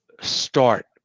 start